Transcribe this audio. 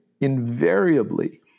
Invariably